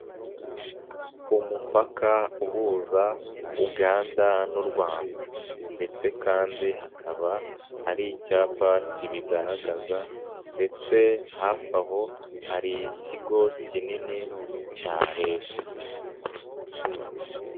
Umupaka uhuza Uganda n'u Rwanda ndetse kandi hakaba hari icyapa kibigaragaza ndetse hafi aho, hari ikigo kinini cya leta.